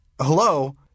hello